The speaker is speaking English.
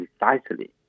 precisely